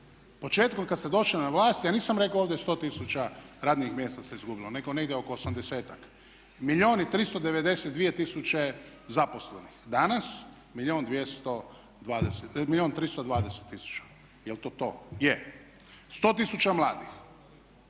početkom kad ste došli na vlast ja nisam rekao ovdje se 100 tisuća radnih mjesta se izgubilo, nego negdje oko osamdesetak. Milijun i 392 tisuće zaposlenih. Danas milijun 320 tisuća. Jel' to to? Je. 100 tisuća mladih,